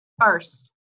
first